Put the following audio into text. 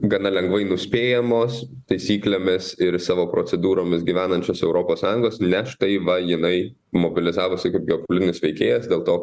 gana lengvai nuspėjamos taisyklėmis ir savo procedūromis gyvenančios europos sąjungos nes štai va jinai mobilizavosi kaip geopolitinis veikėjas dėl to